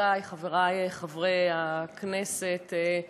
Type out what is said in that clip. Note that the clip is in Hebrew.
חברותי וחברי חברי הכנסת,